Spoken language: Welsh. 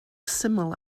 syml